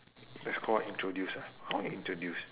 that's call introduce ah how you introduce